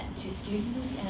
to students,